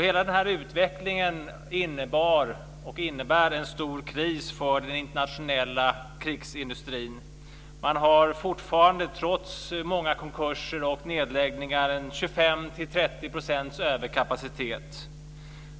Hela den här utvecklingen innebar och innebär en stor kris för den internationella krigsindustrin. Man har fortfarande, trots många konkurser och nedläggningar, 25-30 % överkapacitet.